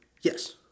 Yes